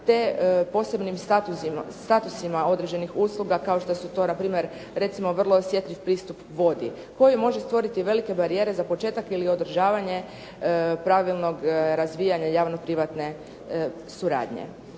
te posebnim statusima određenih usluga kao što su to npr. recimo vrlo osjetljiv pristup vodi, koji može stvoriti velike barijere za početak ili održavanje pravilnog razvijanja javno privatne suradnje.